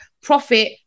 profit